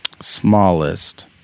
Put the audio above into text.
Smallest